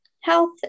Health